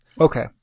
Okay